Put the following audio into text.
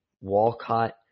Walcott